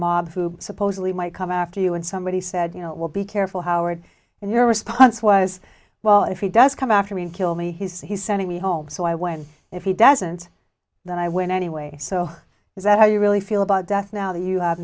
mob who supposedly might come after you and somebody said you know will be careful howard and your response was well if he does come after me and kill me he's sending me home so i went if he doesn't then i went anyway so is that how you really feel about death now that you have